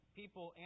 people